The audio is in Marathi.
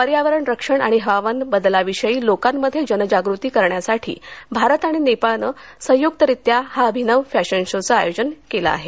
पर्यावरण रक्षण आणि हवामान बदलाविषयी लोकांमध्ये जनजागृती करण्यासाठी भारत आणि नेपाळने संयुक्तरित्या या अभिनव फॅशन शो चं आयोजन केलं आहे